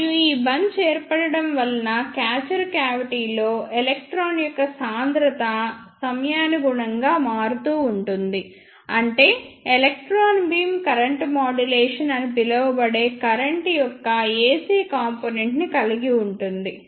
మరియు ఈ బంచ్ ఏర్పడటం వలన క్యాచర్ క్యావిటిలో ఎలక్ట్రాన్ యొక్క సాంద్రత సంయానుగుణంగా మారుతూ ఉంటుంది అంటే ఎలక్ట్రాన్ బీమ్ కరెంట్ మాడ్యులేషన్ అని పిలువబడే కరెంట్ యొక్క ac కంపోనెంట్ ని కలిగి ఉంటుంది